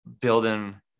building